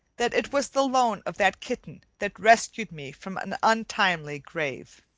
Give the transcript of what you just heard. that it was the loan of that kitten that rescued me from an untimely grave.